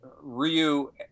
Ryu